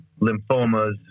lymphomas